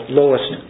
lowest